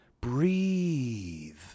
breathe